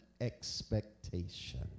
expectation